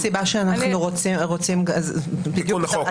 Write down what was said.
זו אחת הסיבות שאנחנו רוצים את התיקון לחוק.